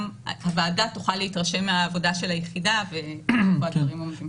הוועדה תוכל להתרשם מהעבודה של היחידה ואיפה הדברים עומדים.